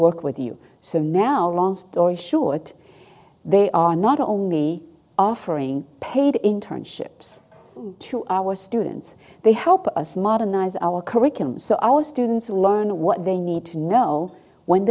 work with you so now long story short they are not only offering paid internships to our students they help us modernize our curriculum so our students learn what they need to know when